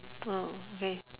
oh okay